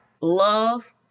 love